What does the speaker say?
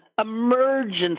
emergency